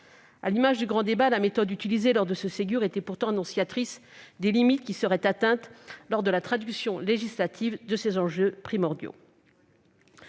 À l'image du grand débat national, la méthode utilisée lors de ce Ségur était annonciatrice des limites qui seraient atteintes lors de la traduction législative de ces enjeux primordiaux.